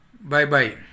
Bye-bye